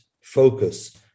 focus